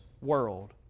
world